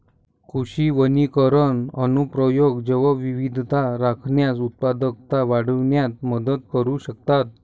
कृषी वनीकरण अनुप्रयोग जैवविविधता राखण्यास, उत्पादकता वाढविण्यात मदत करू शकतात